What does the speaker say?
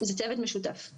זה צוות משותף לשני המשרדים.